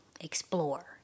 explore